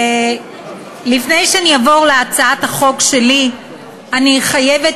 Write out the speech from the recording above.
לפני שאני אעבור להצעת החוק שלי אני חייבת